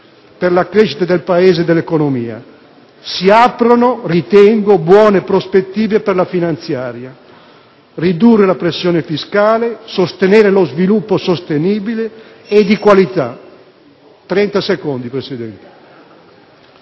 per la crescita del Paese e dell'economia, aprendo buone prospettive per la finanziaria: ridurre la pressione fiscale e sostenere lo sviluppo sostenibile e di qualità.